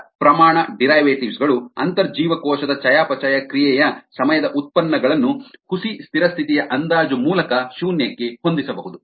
ಎಲ್ಲಾ ಪ್ರಮಾಣ ಡಿರೈವೆಟಿವ್ಸ್ ಗಳು ಅಂತರ್ಜೀವಕೋಶದ ಚಯಾಪಚಯ ಕ್ರಿಯೆಯ ಸಮಯದ ಉತ್ಪನ್ನಗಳನ್ನು ಹುಸಿ ಸ್ಥಿರ ಸ್ಥಿತಿಯ ಅಂದಾಜು ಮೂಲಕ ಶೂನ್ಯಕ್ಕೆ ಹೊಂದಿಸಬಹುದು